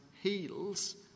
heals